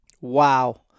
Wow